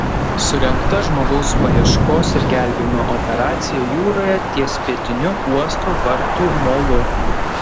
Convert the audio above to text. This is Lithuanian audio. surengta žmogaus paieškos ir gelbėjimo operacija jūroje ties pietiniu uosto vartų molu